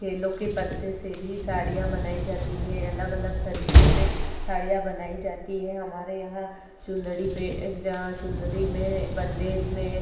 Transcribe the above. केलों के पत्ते से भी साड़ियाँ बनाई जाती हैं अलग अलग तरीके से साड़ियाँ बनाई जाती हैं हमारे यहाँ चुन्दरी पर यहाँ चुन्दरी में बन्धेज में